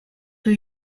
rue